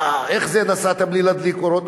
אה, איך זה נסעת בלי להדליק אורות?